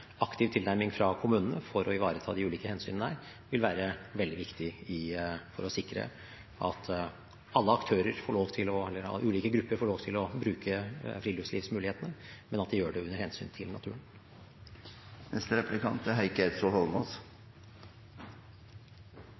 aktiv tilnærming fra kommunene for å ivareta de ulike hensynene vil være veldig viktig for å sikre at ulike grupper får lov til å bruke friluftslivsmulighetene, men at de også tar hensyn til naturen. Regjeringspartiene får støtte av Senterpartiet i salen i dag til å svikte allmennhetens tilgang til strandsonen, for det er